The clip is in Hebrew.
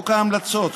חוק ההמלצות,